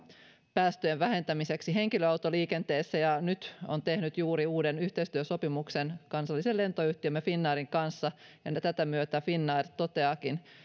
päästöjen vähentämiseksi henkilöautoliikenteessä ja nyt on juuri tehnyt uuden yhteistyösopimuksen kansallisen lentoyhtiömme finnairin kanssa ja tätä myötä finnair toteaakin